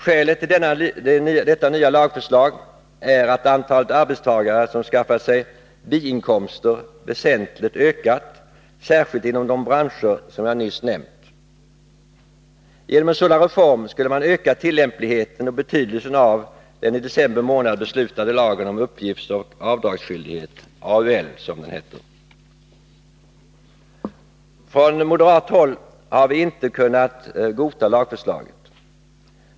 Skälet till detta nya lagförslag är att antalet arbetstagare som skaffat sig biinkomster har väsentligt ökat, särskilt inom de branscher som jag nyss nämnt. Genom en sådan reform skulle man öka tillämpligheten och betydelsen av den i december beslutade lagen om uppgiftsoch avdragsskyldighet, AUL. Från moderat håll har vi inte kunnat godta lagförslaget.